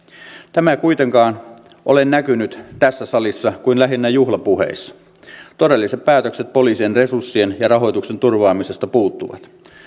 tämä ei kuitenkaan ole näkynyt tässä salissa kuin lähinnä juhlapuheissa todelliset päätökset poliisien resurssien ja rahoituksen turvaamisesta puuttuvat